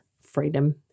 freedom